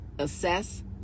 assess